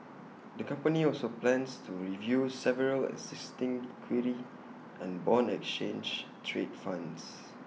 the company also plans to review several existing equity and Bond exchange trade funds